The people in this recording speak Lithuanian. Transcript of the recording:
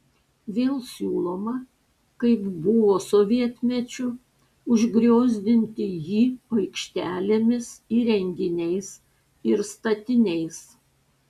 vėl siūloma kaip buvo sovietmečiu užgriozdinti jį aikštelėmis įrenginiais ir statiniais